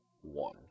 one